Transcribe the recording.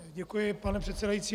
Děkuji, pane předsedající.